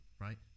right